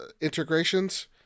integrations